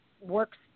works